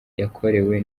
yakorewe